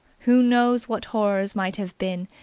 who knows what horrors might have been,